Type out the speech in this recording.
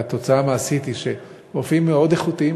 והתוצאה המעשית היא שרופאים מאוד איכותיים,